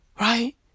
Right